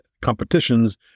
competitions